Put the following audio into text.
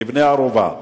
לבני ערובה.